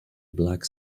black